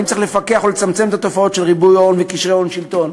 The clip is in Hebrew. האם צריך לפקח או לצמצם את התופעות של ריבוי הון וקשרי הון שלטון?